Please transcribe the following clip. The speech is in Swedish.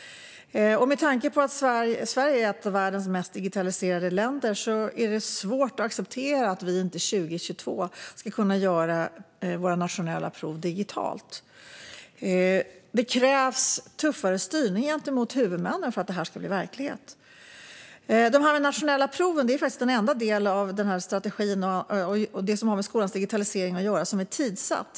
Med tanke på att Sverige är ett av världens mest digitaliserade länder är det svårt att acceptera att vi inte 2022 skulle kunna göra våra nationella prov digitalt. Det krävs tuffare styrning gentemot huvudmännen för att detta ska bli verklighet. De nationella proven är faktiskt den enda del av strategin och av det som har med skolans digitalisering att göra som är tidssatt.